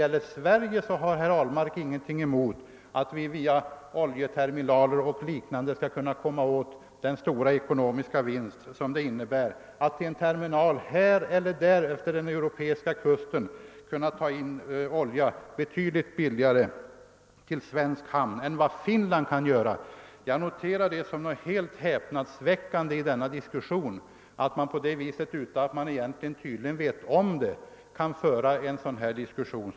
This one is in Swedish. För Sveriges del har herr Ahlmark ingenting emot att vi via oljeterminaler och liknande här och där utefter den europeiska kusten skall kunna ta in olja betydligt billigare än Finland kan göra. Jag betecknar det som helt häpnadsväckande att herr Ahlmark, tydligen utan att veta om det, kan föra en sådan diskussion.